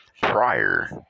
prior